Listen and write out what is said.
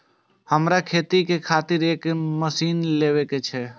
हमरा खेती के खातिर एक मशीन ले के छे?